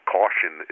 caution